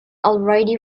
already